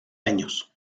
años